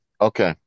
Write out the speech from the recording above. Okay